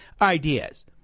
ideas